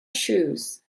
shoes